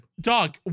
dog